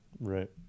Right